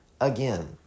again